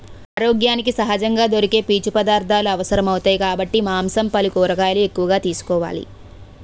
ఆరోగ్యానికి సహజంగా దొరికే పీచు పదార్థాలు అవసరమౌతాయి కాబట్టి మాంసం, పల్లు, కూరగాయలు ఎక్కువగా తీసుకోవాలి